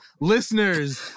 listeners